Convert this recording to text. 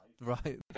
right